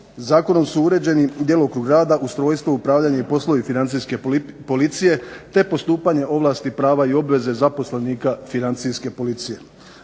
Zakonom su uređeni djelokrug rada, ustrojstvo upravljanja i poslovi financijske policije, te postupanje ovlasti prava i obveze zaposlenika Financijske policije.